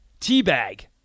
Teabag